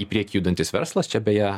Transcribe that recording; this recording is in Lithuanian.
į priekį judantis verslas čia beje